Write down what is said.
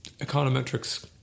econometrics